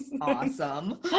Awesome